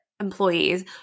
employees